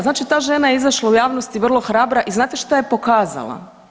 Znači ta žena je izašla u javnost i vrlo hrabra i znate šta je pokazala?